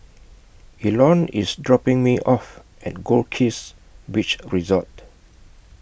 Elon IS dropping Me off At Goldkist Beach Resort